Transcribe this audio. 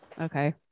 Okay